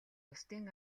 бусдын